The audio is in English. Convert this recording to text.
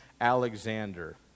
Alexander